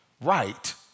right